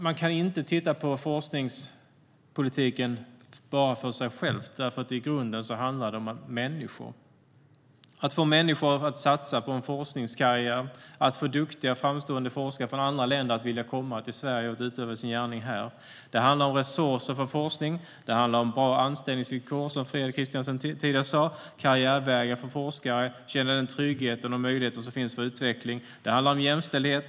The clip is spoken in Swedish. Man kan inte titta på forskningspolitiken bara för sig, för i grunden handlar det om människor och att få människor att satsa på en forskningskarriär, att få duktiga och framstående forskare från andra länder att vilja komma till Sverige och utöva sin gärning här. Det handlar om resurser för forskning. Det handlar om bra anställningsvillkor, som Fredrik Christensson tidigare sa, om karriärvägar för forskare och att känna en trygghet och möjlighet till utveckling. Det handlar om jämställdhet.